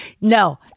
No